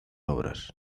obras